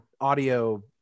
audio